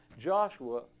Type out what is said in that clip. Joshua